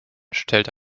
stellte